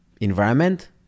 environment